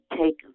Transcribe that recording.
take